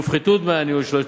שנפטר, יופחתו דמי הניהול שלו.